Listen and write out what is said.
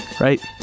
right